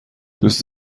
دوست